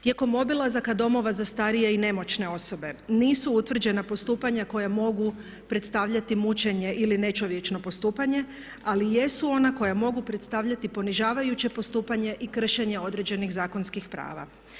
Tijekom obilazaka domova za starije i nemoćne osobe nisu utvrđena postupanja koja mogu predstavljati mučenje ili nečovječno postupanje, ali jesu ona koja mogu predstavljati ponižavajuće postupanje i kršenje određenih zakonskih prava.